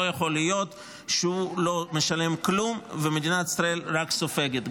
לא יכול להיות שהוא לא משלם כלום ומדינת ישראל רק סופגת,